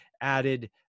added